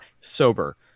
sober